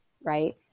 Right